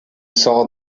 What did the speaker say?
saw